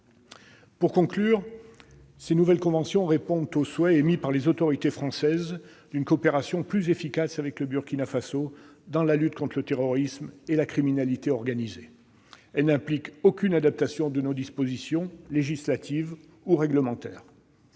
chers collègues, ces nouvelles conventions répondent au souhait émis par les autorités françaises d'une coopération plus efficace avec le Burkina Faso dans la lutte contre le terrorisme et la criminalité organisée. Elles n'impliquent aucune adaptation de nos dispositions législatives ou réglementaires.